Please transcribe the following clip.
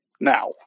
now